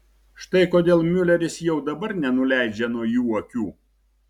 štai kodėl miuleris jau dabar nenuleidžia nuo jų akių